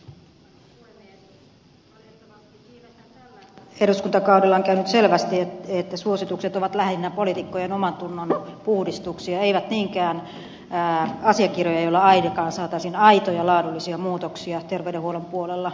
valitettavasti viimeistään tällä eduskuntakaudella on käynyt selväksi että suositukset ovat lähinnä poliitikkojen omantunnon puhdistuksia eivät niinkään asiakirjoja joilla saataisiin ainakaan aitoja laadullisia muutoksia terveydenhuollon puolella